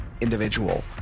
individual